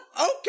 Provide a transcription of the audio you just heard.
Okay